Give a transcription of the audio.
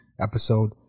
episode